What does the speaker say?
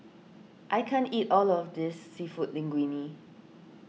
I can't eat all of this Seafood Linguine